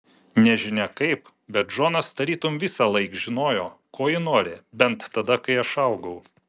nežinia kaip bet džonas tarytum visąlaik žinojo ko ji nori bent tada kai aš augau